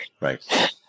right